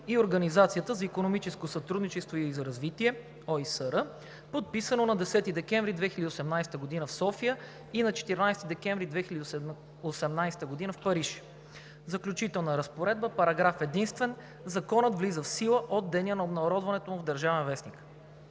и Организацията за икономическо сътрудничество и развитие (ОИСР), подписано на 10 декември 2018 г. в София и на 14 декември 2018 г. в Париж. Заключителна разпоредба Параграф единствен. Законът влиза в сила от деня на обнародването му в „Държавен вестник“.“